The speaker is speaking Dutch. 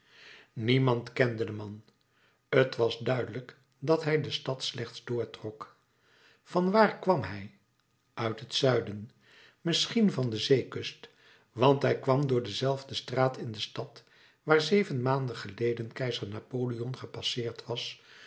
niemand kende den man t was duidelijk dat hij de stad slechts doortrok van waar kwam hij uit het zuiden misschien van de zeekust want hij kwam door dezelfde straat in de stad waar zeven maanden geleden keizer napoleon gepasseerd was